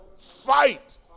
Fight